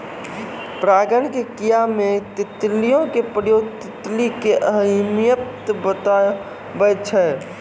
परागण के क्रिया मे तितलियो के प्रयोग तितली के अहमियत बताबै छै